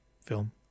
film